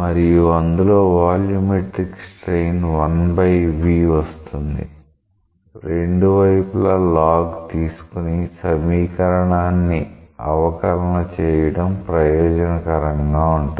మరియు అందులో volumetric strain 1 by v వస్తుంది రెండు వైపులా log తీసుకుని సమీకరణాన్ని అవకలన చేయటం ప్రయోజనకరంగా ఉంటుంది